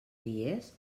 dies